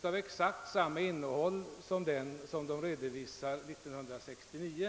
som är av exakt samma innehåll som den vilken socialstyrelsen redovisar 1969.